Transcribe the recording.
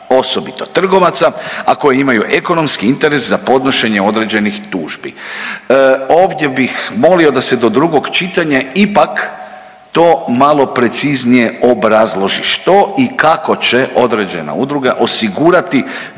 osobito trgovaca, a koji imaju ekonomski interes za podnošenje određenih tužbi. Ovdje bih molio da se do drugog čitanja ipak to malo preciznije obrazloži što i kako će određena udruga osigurati